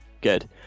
Good